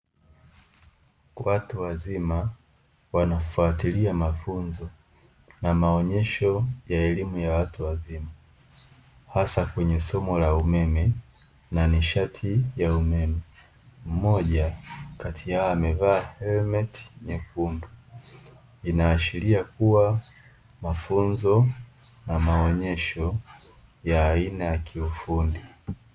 Watu wazima wanafatilia mafunzo na maonyesho ya elimu ya watu wazima hasa kwenye somo la umeme na nishati ya umeme, mmoja kati yao amevaa helmeti nyekundu inaashiria kuwa mafunzo na maonyesho ya aina ya kiufundi.